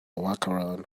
workaround